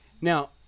Now